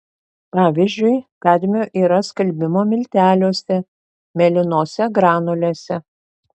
pavyzdžiui kadmio yra skalbimo milteliuose mėlynose granulėse